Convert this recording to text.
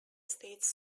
states